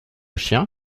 chien